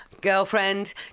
girlfriend